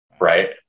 right